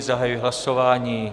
Zahajuji hlasování.